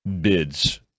bids